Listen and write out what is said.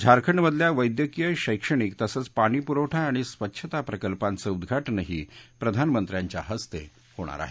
झारखंडमधल्या वैद्यकीय शैक्षणिक तसंच पाणीपुरवठा आणि स्वच्छता प्रकल्पाचं उद्घाटनही प्रधानमंत्र्यांच्या हस्ते होणार आहे